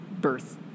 birth